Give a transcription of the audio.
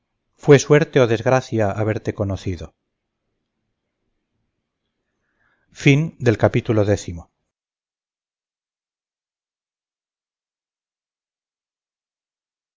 fue suerte o desgracia haberte conocido arribaabajo xi